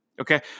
Okay